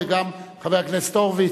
גם חבר הכנסת הורוביץ,